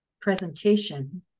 presentation